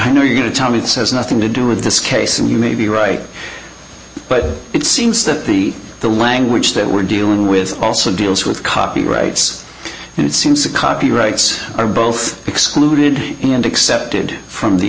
i know you're going to tell me it says nothing to do with this case and you may be right but it seems that the the language that we're dealing with also deals with copyrights and it seems that copyrights are both excluded and accepted from the